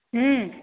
हूँ